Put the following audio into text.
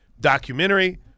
documentary